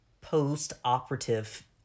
post-operative